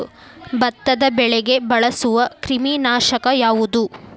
ಭತ್ತದ ಬೆಳೆಗೆ ಬಳಸುವ ಕ್ರಿಮಿ ನಾಶಕ ಯಾವುದು?